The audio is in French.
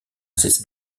cessé